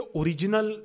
original